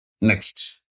Next